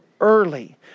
early